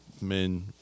Men